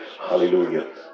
Hallelujah